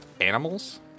animals